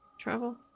travel